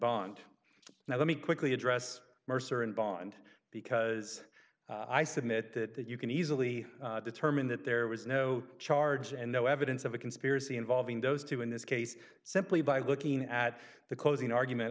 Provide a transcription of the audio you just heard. bond now let me quickly address mercer and bond because i submit that that you can easily determine that there was no charge and no evidence of a conspiracy involving those two in this case simply by looking at the closing argument